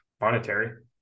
monetary